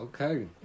Okay